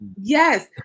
yes